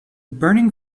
burning